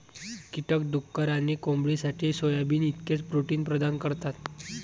कीटक डुक्कर आणि कोंबडीसाठी सोयाबीन इतकेच प्रोटीन प्रदान करतात